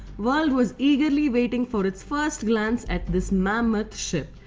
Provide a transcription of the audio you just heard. world was eagerly waiting for its first glance at this mammoth ship.